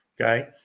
okay